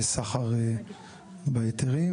בסחר בהיתרים,